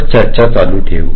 वर चर्चा चालू ठेवतो